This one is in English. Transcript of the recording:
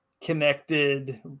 connected